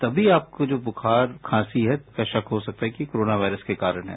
तमी आपको जो बूखार खांसी है उसका शक हो सकता है कि कोरोना वायरस के कारण है